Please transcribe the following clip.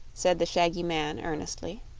said the shaggy man, earnestly.